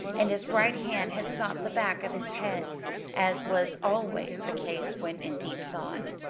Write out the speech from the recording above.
and his right hand had sought the back of his head as was always the case when in deep thought.